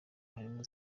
harimo